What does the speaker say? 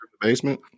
basement